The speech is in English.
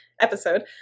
episode